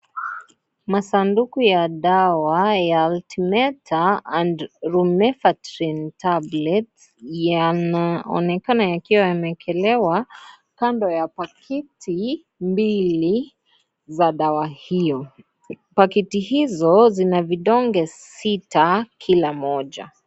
Masanduku ya dawa ya Artemether and Lumefantrine Tablets yanaonekana yakiwa yamekelewa kando ya pakiti mbili za dawa hiyo. Pakiti hizo zina vidonge sita kila mmoja.